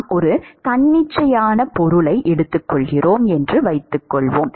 நாம் ஒரு தன்னிச்சையான பொருளை எடுத்துக்கொள்கிறோம் என்று வைத்துக்கொள்வோம்